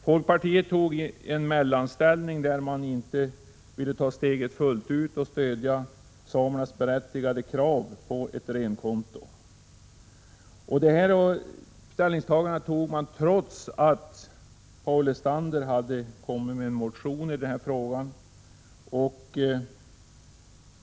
Folkpartiet intog en mellanställning och ville inte ta steget fullt ut och stödja samernas berättigade krav på ett renkonto. Detta ställningstagande gjorde man trots att Paul Lestander hade kommit med en motion i frågan.